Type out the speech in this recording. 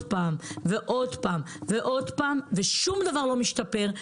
עוד פעם ועוד פעם ועוד פעם ושום דבר לא משתפר,